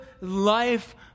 life